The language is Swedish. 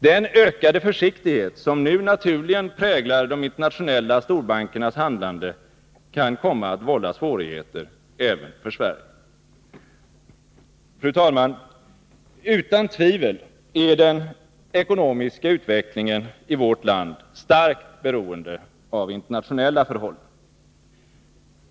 Den ökade försiktighet som nu naturligen präglar de internationella storbankernas handlande kan komma att vålla svårigheter även för Sverige. Fru talman! Utan tvivel är den ekonomiska utvecklingen i vårt land starkt beroende av internationella förhållanden.